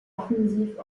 offensiv